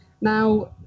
Now